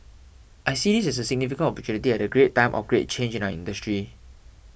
I see this as a significant opportunity at a great time of great change in our industry